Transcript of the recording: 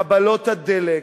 קבלות הדלק,